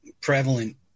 prevalent